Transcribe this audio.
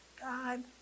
God